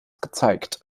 gezeigt